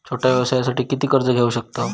छोट्या व्यवसायासाठी किती कर्ज घेऊ शकतव?